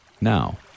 Now